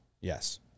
Yes